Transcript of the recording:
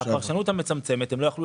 בפרשנות המצמצמת הם לא יכלו